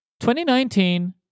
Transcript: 2019